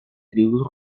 tribus